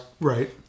Right